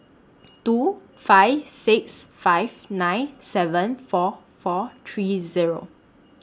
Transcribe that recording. two five six five nine seven four four three Zero